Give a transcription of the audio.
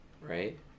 right